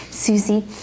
Susie